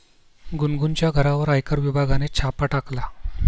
गुनगुनच्या घरावर आयकर विभागाने छापा टाकला